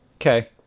okay